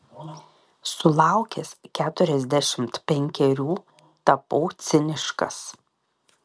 sulaukęs keturiasdešimt penkerių tapau ciniškas